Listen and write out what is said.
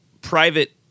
private